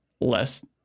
less